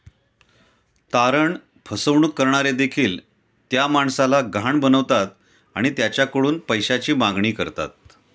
तारण फसवणूक करणारे देखील त्या माणसाला गहाण बनवतात आणि त्याच्याकडून पैशाची मागणी करतात